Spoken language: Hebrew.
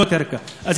אדמות ירכא.